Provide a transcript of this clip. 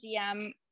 DM